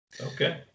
okay